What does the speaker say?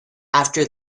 after